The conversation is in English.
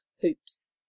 hoops